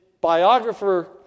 biographer